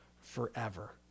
forever